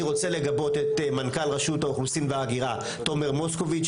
אני רוצה לגבות את מנכ"ל רשות האוכלוסין וההגירה תומר מוסקוביץ',